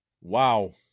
wow